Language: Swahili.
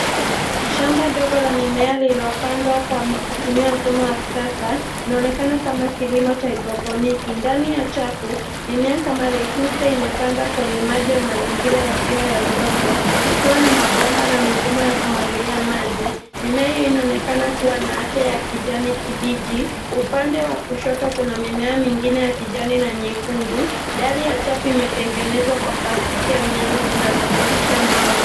Shamba dogo la mimea lililopandwa kwa kutumia mfumo wa kisasa, inaonekana kama kilimo cha hydroponic . Ndani ya chafu, mimea kama lettuce imepandwa kwenye maji ya mazingira yasiyo ya udongo, ikiwa na mabomba na mifumo ya kumwagilia maji, mimea hiyo inaonekana kuwa na afya ya kijani kibichi, upande wa kushoto kuna mimea mingine ya kijani na nyekundu, dari ya chafu imetengenezwa kwa plastiki au nyanzo zinazopitisha mwanga.